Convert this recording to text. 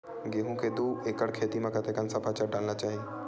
गेहूं के दू एकड़ खेती म कतेकन सफाचट डालना चाहि?